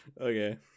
Okay